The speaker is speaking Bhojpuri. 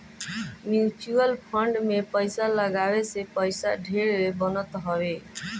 म्यूच्यूअल फंड में पईसा लगावे से पईसा ढेर बनत हवे